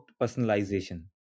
personalization